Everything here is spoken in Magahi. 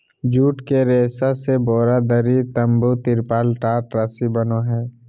जुट के रेशा से बोरा, दरी, तम्बू, तिरपाल, टाट, रस्सी बनो हइ